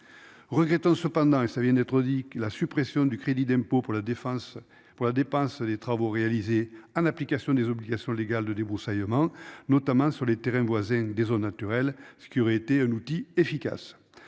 Regrettons cependant et ça vient d'être dit que la suppression du crédit d'impôt pour la défense pour la dépense des travaux réalisés en application des obligations légales de débroussaillement notamment sur les terrains voisins des zones naturelles, ce qui aurait été un outil efficace.